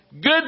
Good